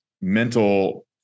mental